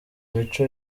mico